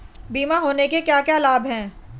बीमा होने के क्या क्या लाभ हैं?